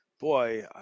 boy